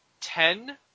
ten